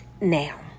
now